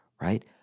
right